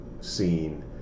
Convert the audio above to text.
scene